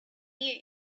you